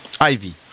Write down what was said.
Ivy